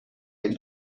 این